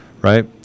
Right